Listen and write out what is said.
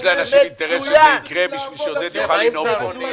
יש לאנשים אינטרס שזה יקרה בשביל שעודד יוכל נאום פה.